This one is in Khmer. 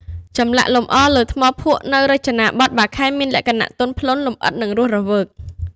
ចម្លាក់លម្អលើថ្មភក់នៅរចនាបថបាខែងមានលក្ខណៈ ទន់ភ្លន់ លម្អិត និងរស់រវើក។